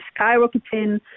skyrocketing